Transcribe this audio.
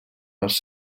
els